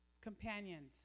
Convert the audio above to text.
companions